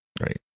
Right